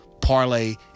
parlay